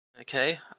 Okay